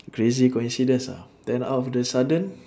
crazy coincidence ah then out of the sudden